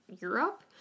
europe